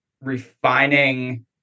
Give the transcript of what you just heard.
refining